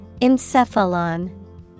Encephalon